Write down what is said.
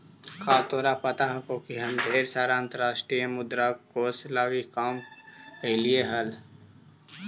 का तोरा पता हो हम ढेर साल अंतर्राष्ट्रीय मुद्रा कोश लागी काम कयलीअई हल